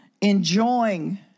enjoying